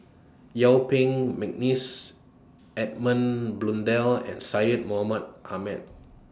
Yuen Peng Mcneice Edmund Blundell and Syed Mohamed Ahmed